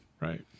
Right